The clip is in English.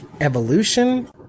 evolution